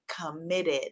Committed